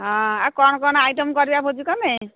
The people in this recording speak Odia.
ହଁ ଆଉ କ'ଣ କ'ଣ ଆଇଟମ୍ କରିବା ଭୋଜିକୁ ଆମେ